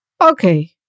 okay